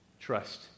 trust